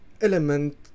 element